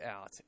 out